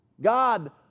God